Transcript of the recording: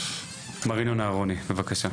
מר אהרוני בבקשה.